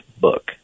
book